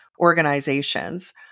organizations